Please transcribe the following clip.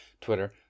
Twitter